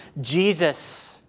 Jesus